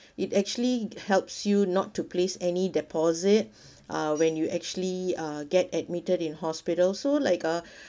it actually helps you not to place any deposit uh when you actually uh get admitted in hospital so like uh